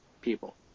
people